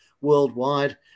worldwide